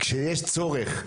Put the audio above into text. כשיש צורך,